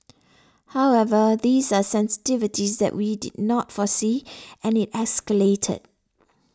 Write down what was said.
however these are sensitivities that we did not foresee and it escalated